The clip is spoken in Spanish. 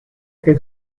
que